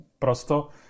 Prosto